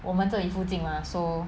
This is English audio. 我们这里附近 mah so